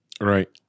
right